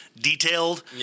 detailed